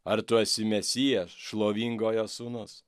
ar tu esi mesijas šlovingojo sūnus